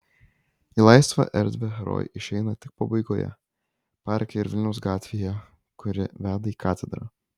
į laisvą erdvę herojai išeina tik pabaigoje parke ir vilniaus gatvėje kuri veda į katedrą